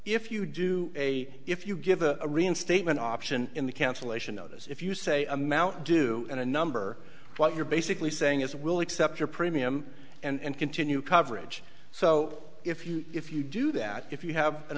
if you do a if you give a reinstatement option in the cancellation notice if you say amount due in a number what you're basically saying is will accept your premium and continue coverage so if you if you do that if you have an